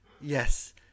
Yes